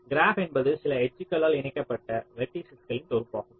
graph என்பது சில எட்ஜ்களால் இணைக்கப்பட்ட வெர்ட்டிஸஸ்களின் தொகுப்பாகும்